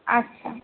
আচ্ছা